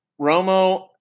Romo